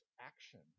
action